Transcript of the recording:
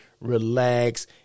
relax